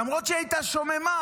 למרות שהיא הייתה שוממה,